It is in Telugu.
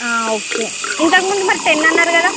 ఆ ఓకే ఇంతకు ముందు మరి టెన్ అన్నారు కదా